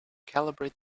calibrate